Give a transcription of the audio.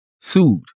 sued